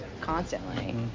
constantly